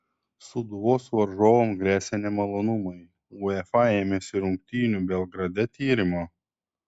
sūduvos varžovams gresia nemalonumai uefa ėmėsi rungtynių belgrade tyrimo